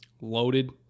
loaded